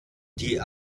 die